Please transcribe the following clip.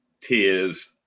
tears